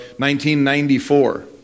1994